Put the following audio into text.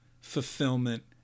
fulfillment